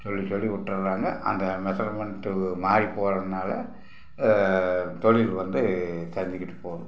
சொல்லி சொல்லி விட்டுர்றாங்க அந்த மெஷர்மெண்ட்டு மாறி போகிறதுனால தொழில் வந்து சரிஞ்சுக்கிட்டு போகும்